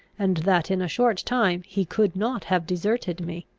and that in a short time he could not have deserted me.